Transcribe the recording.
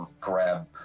grab